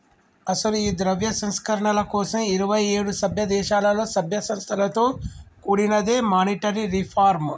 అసలు ఈ ద్రవ్య సంస్కరణల కోసం ఇరువైఏడు సభ్య దేశాలలో సభ్య సంస్థలతో కూడినదే మానిటరీ రిఫార్మ్